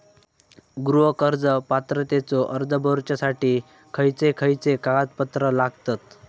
गृह कर्ज पात्रतेचो अर्ज भरुच्यासाठी खयचे खयचे कागदपत्र लागतत?